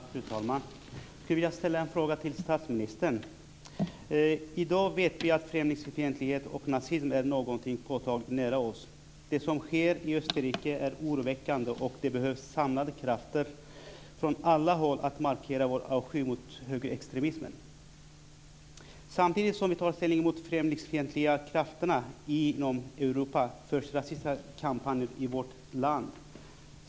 Fru talman! Jag skulle vilja ställa en fråga till statsministern. I dag vet vi att främlingsfientlighet och nazism finns påtagligt nära oss. Det som sker i Österrike är oroväckande, och det behövs samlade krafter från alla håll för att markera vår avsky mot högerextremismen. Samtidigt som vi tar ställning mot de främlingsfientliga krafterna inom Europa för rasisterna en kampanj i vårt land.